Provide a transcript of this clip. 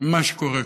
ממה שקורה כאן.